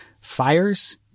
fires